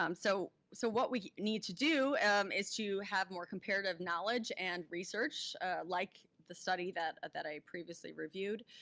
um so so what we need to do is to have more comparative knowledge and research like the study that that i previously reviewed.